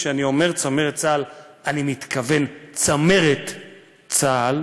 כשאני אומר צמרת צה"ל אני מתכוון צמרת צה"ל,